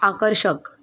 आकर्षक